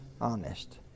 honest